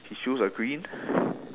his shoes are green